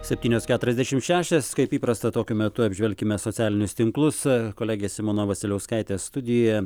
septynios keturiasdešimt šešios kaip įprasta tokiu metu apžvelkime socialinius tinklus kolegė simona vasiliauskaitė studijoje